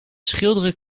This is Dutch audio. schilderen